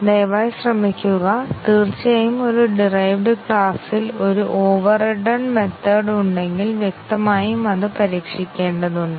ദയവായി ശ്രമിക്കുക തീർച്ചയായും ഒരു ഡിറൈവ്ഡ് ക്ലാസിൽ ഒരു ഓവർറിഡൻ മെത്തേഡ് ഉണ്ടെങ്കിൽ വ്യക്തമായും അത് പരീക്ഷിക്കേണ്ടതുണ്ട്